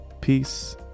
peace